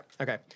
okay